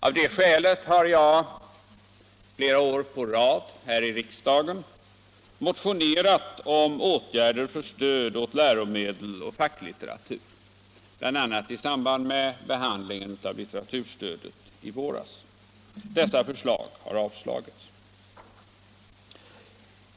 Av det skälet har jag flera år å rad här i riksdagen motionerat om åtgärder för stöd åt läromedel och facklitteratur, bl.a. i samband med behandlingen av litteraturstödet i våras. Dessa förslag har avslagits.